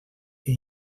que